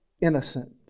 innocent